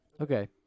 Okay